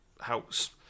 helps